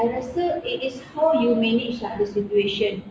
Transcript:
I rasa it is how you manage lah the situation